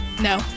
No